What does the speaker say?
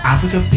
Africa